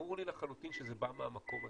ברור לי לחלוטין שזה בא מהמקום הזה,